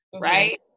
Right